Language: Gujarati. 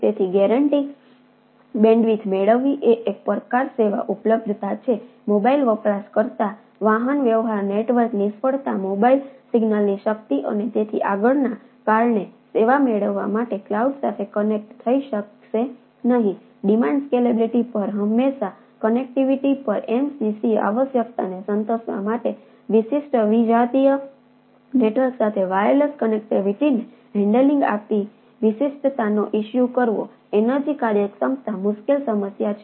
તેથી ગેરેન્ટી બેન્ડવિડ્થ મેળવવી એ એક પડકાર સેવા ઉપલબ્ધતા છે મોબાઇલ વપરાશકર્તા વાહન વ્યવહાર નેટવર્ક નિષ્ફળતા મોબાઇલ સિગ્નલની શક્તિ અને તેથી આગળના કારણે સેવા મેળવવા માટે ક્લાઉડ સાથે કનેક્ટ આપતી વિશિષ્ટતાનો ઇશ્યૂ કરવો એનર્જિ કાર્યક્ષમતા મુશ્કેલ સમસ્યા છે